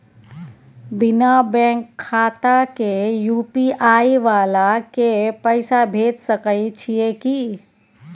बिना बैंक खाता के यु.पी.आई वाला के पैसा भेज सकै छिए की?